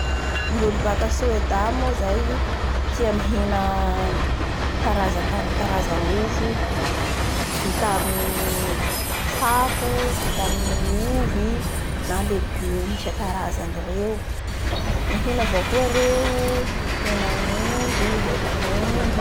Ny olo baka sueda moa zay, tia mihina karazankany-karamofo vita amin'ny tsako, vita amin'ny ovy na legume isankarazany reo. Mihina avao koa reo henan'ondry, henan'omby sy ny sisa sy ny sia.